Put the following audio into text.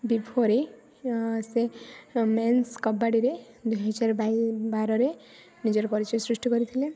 before ସେ men's କବାଡ଼ିରେ ଦୁଇ ହଜାର ବାରରେ ନିଜର ପରିଚୟ ସୃଷ୍ଟି କରିଥିଲେ